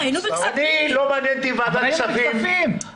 לא מעניין אותי ועדת כספים.